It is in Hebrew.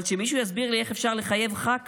אבל שמישהו יסביר לי איך אפשר לחייב ח"כ